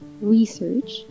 research